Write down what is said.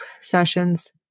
sessions